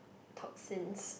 toxins